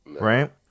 right